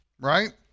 right